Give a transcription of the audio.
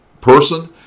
person